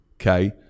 okay